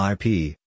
IP